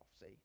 see